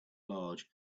large